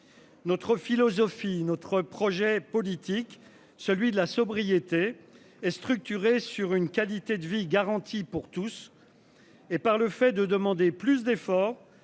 Notre philosophie notre projet politique, celui de la sobriété est structuré sur une qualité de vie garantie pour tous. Et par le fait de demander plus d'efforts